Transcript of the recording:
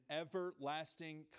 everlasting